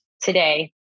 today